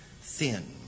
thin